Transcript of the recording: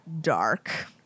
dark